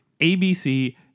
ABC